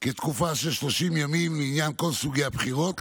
כתקופה של 30 ימים לעניין כל סוגי הבחירות,